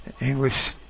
English